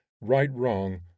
right-wrong